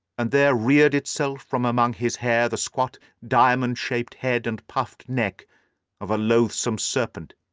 and there reared itself from among his hair the squat diamond-shaped head and puffed neck of a loathsome serpent.